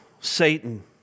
Satan